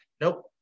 Nope